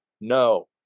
no